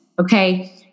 okay